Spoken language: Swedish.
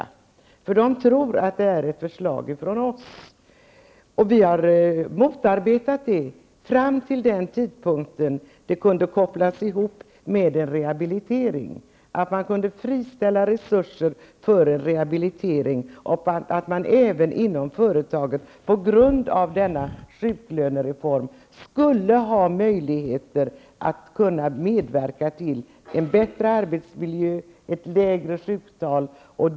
Småföretagarna tror nämligen att det är vi socialdemokrater som har lagt fram detta förslag, men vi har motarbetat förslaget fram till den tidpunkt då det blir aktuellt med rehabilitering, dvs. när man kan friställa resurser för rehabilitering och man även inom företaget på grund av denna sjuklönereform har möjligheter att medverka till en bättre arbetsmiljö och ett lägre sjuktal.